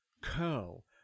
curl